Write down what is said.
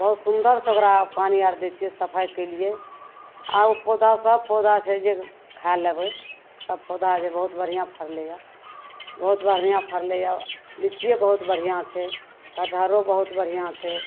बहुत सुन्दरसे ओकरा पानी आओर दै छिए सफाइ कएलिए आब ओ पौधासब पौधा छै जे खै लेबै सब पौधा जे बहुत बढ़िआँ फड़लैए बहुत बढ़िआँ फड़लैए लिच्चिए बहुत बढ़िआँ छै कटहरो बहुत बढ़िआँ छै